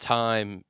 time